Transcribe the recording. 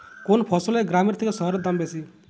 কোন ফসলের গ্রামের থেকে শহরে দাম বেশি?